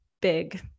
big